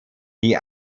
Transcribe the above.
die